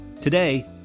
Today